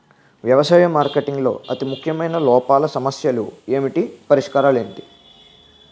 వ్యవసాయ మార్కెటింగ్ లో అతి ముఖ్యమైన లోపాలు సమస్యలు ఏమిటి పరిష్కారాలు ఏంటి?